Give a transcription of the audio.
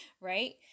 right